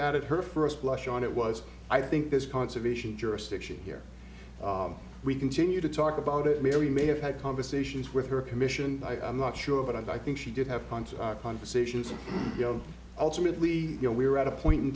at it her first blush on it was i think there's conservation jurisdiction here we continue to talk about it mary may have had conversations with her commission i'm not sure but i think she did have contact conversations you know ultimately you know we were at a point in